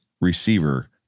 receiver